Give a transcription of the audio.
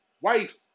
wife